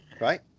right